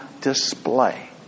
display